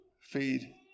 feed